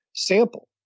sample